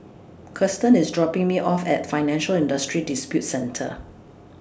Kiersten IS dropping Me off At Financial Industry Disputes Center